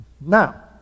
Now